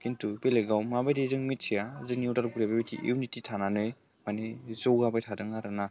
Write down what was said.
खिन्थु बेलेकाव माबायदि जों मिथिया जोंनि उदालगुरियाव बेबायदि इउनिटि थानानै माने जौगाबाय थादों आरो ना